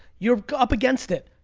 you're up against it.